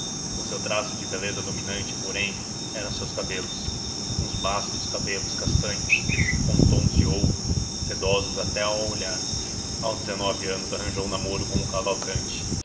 o seu traço de beleza dominante porém eram os seus cabelos uns bastos cabelos castanhos com tons de ouro sedoso até ao olhar aos dezenove anos arranjou namoro com o cavalcanti